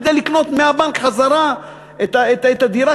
כדי לקנות מהבנק חזרה את הדירה,